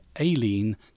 Aileen